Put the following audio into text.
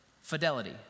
fidelity